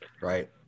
Right